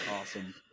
awesome